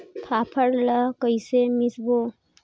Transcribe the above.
फाफण ला कइसे मिसबो?